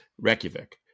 Reykjavik